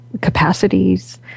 capacities